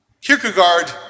Kierkegaard